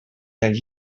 del